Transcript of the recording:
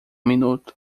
minuto